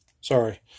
Sorry